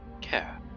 care